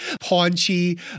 paunchy